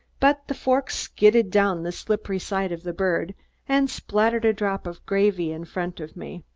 but the fork skidded down the slippery side of the bird and spattered a drop of gravy in front of me.